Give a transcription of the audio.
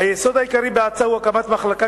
היסוד העיקרי בהצעה הוא הקמת מחלקה